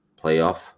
playoff